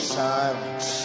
silence